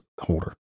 holder